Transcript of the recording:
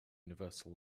universal